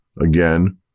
Again